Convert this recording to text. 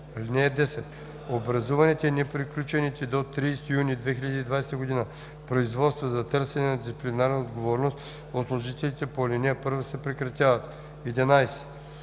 (10) Образуваните и неприключили до 30 юни 2020 г. производства за търсене на дисциплинарна отговорност от служителите по ал. 1 се прекратяват. (11)